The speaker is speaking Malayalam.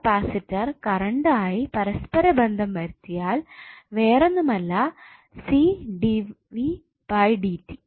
കപ്പാസിറ്റർ കറണ്ട് ആയി പരസ്പരബന്ധം വരുത്തിയാൽ വേറൊന്നുമല്ല C D V by D T